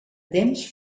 temps